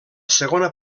segona